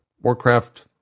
warcraft